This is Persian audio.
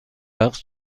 رقص